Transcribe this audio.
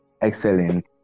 Excellent